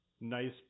nice